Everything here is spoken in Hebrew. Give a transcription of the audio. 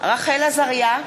רחל עזריה,